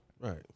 Right